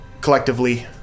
collectively